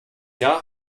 jahr